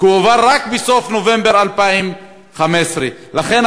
כי הוא הועבר רק בסוף נובמבר 2015. לכן,